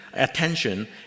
attention